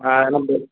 ആ ഉണ്ട്